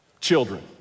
children